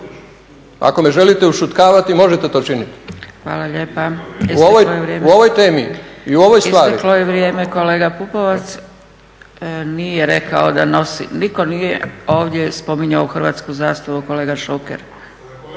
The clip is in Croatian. Ako me želite ušutkavati možete to činiti. **Zgrebec, Dragica (SDP)** Hvala lijepa. Isteklo je vrijeme. Isteklo je vrijeme, kolega Pupovac. Nije rekao da nosi, nitko nije ovdje spominjao Hrvatsku zastavu, kolega Šuker.